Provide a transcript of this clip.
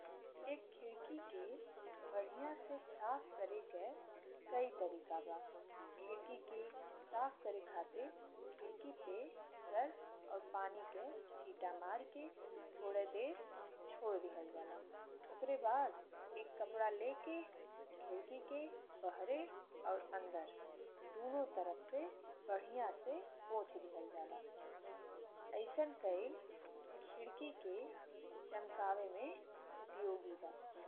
एक खिड़की के बढ़िया से साफ करेके कई तरीका बा। खिड़की के साफ करेके खातिर खिड़की पे सर्फ और पानी के छींटा मारी के थोड़े देर छोड़ी दिहल जाला। ओकरे बाद एक कपड़ा लेके बाहर अंदर दूनो तरफ से पोछी दिहल जाला अइसन कइल खिड़की के चमकावे में उपयोगी होला।